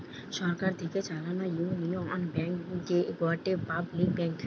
সরকার থেকে চালানো Union Bank গটে পাবলিক ব্যাঙ্ক